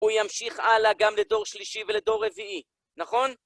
הוא ימשיך הלאה גם לדור שלישי ולדור רביעי, נכון?